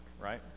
right